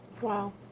Wow